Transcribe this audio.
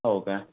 okay